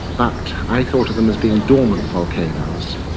but i thought of them as being dormant volcanoes.